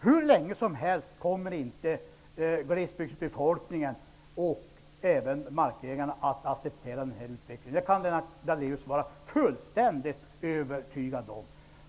Hur länge som helst kommer inte glesbygdsbefolkningen och markägarna att acceptera den här utvecklingen. Det kan Lennart Daléus vara fullständigt övertygad om.